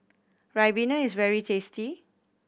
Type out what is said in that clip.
ribena is very tasty